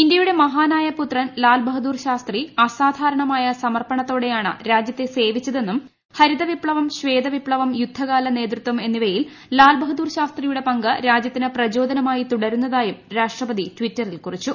ഇന്ത്യയുടെ മഹാനായ പുത്രൻ ലാൽ ബഹാദൂർ ശ്യസ്ത്രി അസാധാരണമായ സമർപ്പണത്തോട്ട്ട് യാണ് രാജ്യത്തെ സേവിച്ചതെന്നും ഹരിത വിപ്തമ്പ് ശ്വേത വിപ്തവം യുദ്ധകാല നേതൃത്വം എന്നിപ്പയിൽ ലാൽ ബഹാദൂർ ശാസ്ത്രിയുടെ പങ്ക് രാജ്യത്തിന് പ്രചോദനമായി തുടരുന്നതായും രാഷ്ട്രപ്തി ടിറ്ററിൽ കുറിച്ചു